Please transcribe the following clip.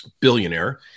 billionaire